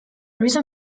reason